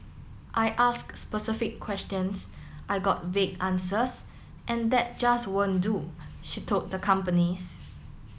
I asked specific questions I got vague answers and that just won't do she told the companies